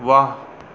वाह